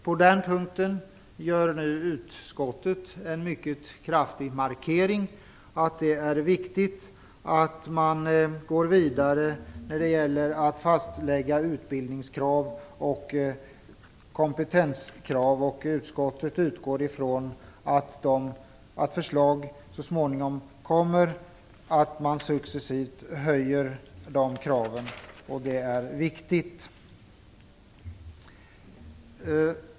På den punkten gör nu utskottet en mycket kraftig markering och säger att det är viktigt att man går vidare när det gäller att fastlägga utbildnings och kompetenskrav. Utskottet utgår från att förslag så småningom kommer om att man successivt höjer kraven. Det är viktigt.